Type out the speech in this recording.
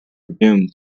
doomed